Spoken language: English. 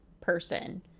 person